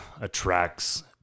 attracts